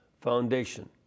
foundation